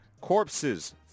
Corpses